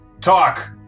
talk